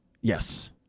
Yes